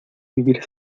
vivir